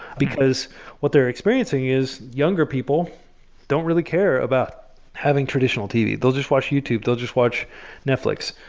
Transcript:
because what they're experiencing is younger people don't really care about having traditional tv. they'll just watch youtube. they'll just watch netflix.